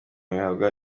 bihabwa